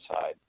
side